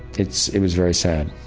it's, it was very sad